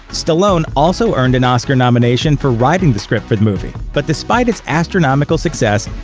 stallone also earned an oscar nomination for writing the script for the movie, but despite its astronomical success,